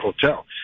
hotel